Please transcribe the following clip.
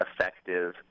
effective